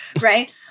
right